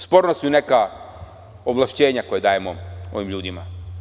Sporna su neka ovlašćenja koja dajemo ovim ljudima.